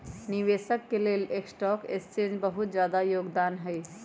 निवेशक स के लेल स्टॉक एक्सचेन्ज के बहुत जादा योगदान हई